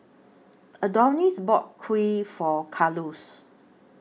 Adonis bought Kheer For Carlos